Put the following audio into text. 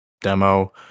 demo